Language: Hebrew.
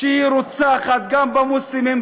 שרוצחת גם במוסלמים,